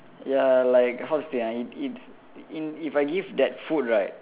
ya like how to say uh it it's in if I give that food right